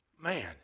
Man